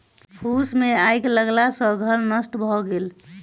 फूस मे आइग लगला सॅ घर नष्ट भ गेल